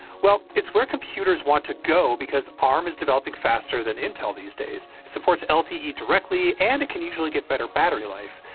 well, it's where computers want to go because arm is developing faster than intel these days. it supports lte directly, and it can usually get better battery life,